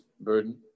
burden